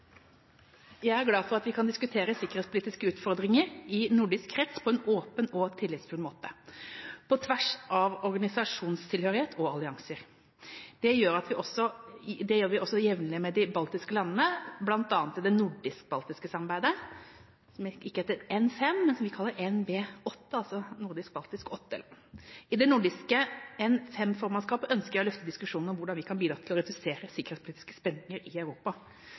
Jeg er glad for at vi kan diskutere sikkerhetspolitiske utfordringer i nordisk krets på en åpen og tillitsfull måte, på tvers av organisasjonstilhørighet og allianser. Det gjør vi også jevnlig med de baltiske landene, bl.a. i det nordisk-baltiske samarbeidet, som ikke heter N5, men som vi kaller NB8, altså nordisk-baltisk åtte. I det nordiske N5-formannskapet ønsker jeg å lufte diskusjonen om hvordan vi kan bidra til å redusere sikkerhetspolitiske spenninger i Europa.